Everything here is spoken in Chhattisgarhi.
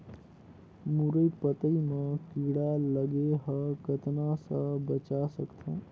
मुरई पतई म कीड़ा लगे ह कतना स बचा सकथन?